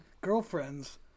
girlfriends